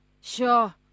Sure